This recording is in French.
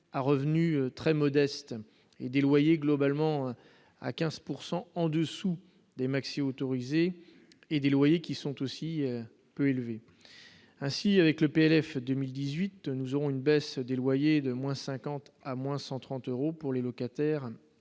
à revenus très modestes et des loyers globalement à 15 pourcent en-dessous en-dessous des maxi autorisée et des loyers, qui sont aussi plus élevés ainsi avec le PLF 2018, nous aurons une baisse du loyer de moins 50 à moins 130 euros pour les locataires